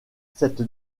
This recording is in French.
cette